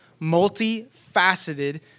multifaceted